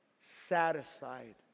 satisfied